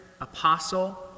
apostle